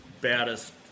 baddest